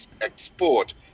export